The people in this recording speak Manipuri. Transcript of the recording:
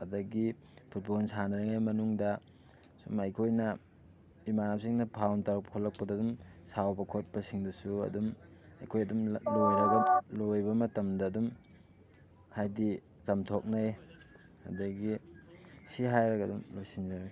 ꯑꯗꯒꯤ ꯐꯨꯠꯕꯣꯜ ꯁꯥꯟꯅꯔꯤꯉꯩ ꯃꯅꯨꯡꯗ ꯁꯨꯝ ꯑꯩꯈꯣꯏꯅ ꯏꯃꯥꯟꯅꯕꯁꯤꯡꯅ ꯐꯥꯎꯜ ꯇꯧꯔꯛꯄ ꯈꯣꯠꯂꯛꯄꯗ ꯑꯗꯨꯝ ꯁꯥꯎꯕ ꯈꯣꯠꯞꯁꯤꯡꯗꯨꯁꯨ ꯑꯗꯨꯝ ꯑꯩꯈꯣꯏ ꯑꯗꯨꯝ ꯂꯣꯏꯔꯒ ꯂꯣꯏꯕ ꯃꯇꯝꯗ ꯑꯗꯨꯝ ꯍꯥꯏꯗꯤ ꯆꯝꯊꯣꯛꯅꯩ ꯑꯗꯒꯤ ꯁꯤ ꯍꯥꯏꯔꯒ ꯑꯗꯨꯝ ꯂꯣꯏꯁꯤꯟꯅꯖꯔꯒꯦ